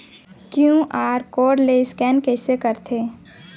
QR code ले scan कइसे करथे?